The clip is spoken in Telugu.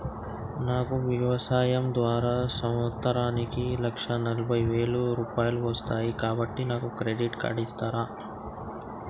నాకు వ్యవసాయం ద్వారా సంవత్సరానికి లక్ష నలభై వేల రూపాయలు వస్తయ్, కాబట్టి నాకు క్రెడిట్ కార్డ్ ఇస్తరా?